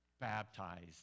baptized